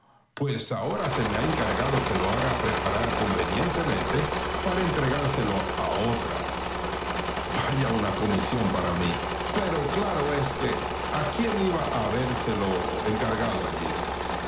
pues ahora se me ha encargado que lo haga preparar convenientemente para entregárselo a otra vaya una comisión para mí pero claro es que a quién iba a habérselo encargado allí